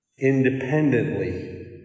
independently